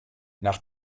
nach